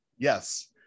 Yes